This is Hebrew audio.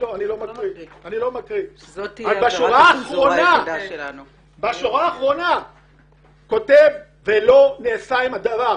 בשורה האחרונה כותב "ולא נעשה דבר".